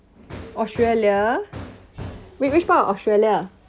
australia which which part of australia